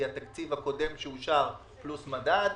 שהיא התקציב הקודם שאושר פלוס מדד.